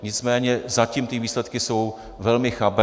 Nicméně zatím ty výsledky jsou velmi chabé.